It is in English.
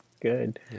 good